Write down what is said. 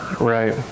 right